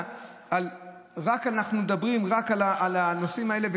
אנחנו מדברים רק על הנושאים האלה.